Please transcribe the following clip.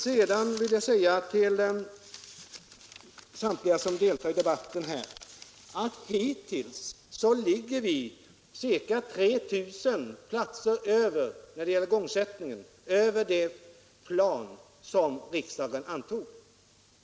Sedan vill jag säga till samtliga som deltar i denna debatt att vi när det gäller igångsättningen ligger ca 3 000 platser över den plan som riksdagen har antagit.